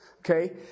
Okay